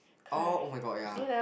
orh oh-my-god ya